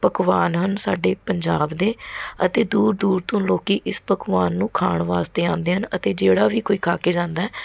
ਪਕਵਾਨ ਹਨ ਸਾਡੇ ਪੰਜਾਬ ਦੇ ਅਤੇ ਦੂਰ ਦੂਰ ਤੋਂ ਲੋਕੀ ਇਸ ਪਕਵਾਨ ਨੂੰ ਖਾਣ ਵਾਸਤੇ ਆਉਂਦੇ ਹਨ ਅਤੇ ਜਿਹੜਾ ਵੀ ਕੋਈ ਖਾ ਕੇ ਜਾਂਦਾ ਹੈ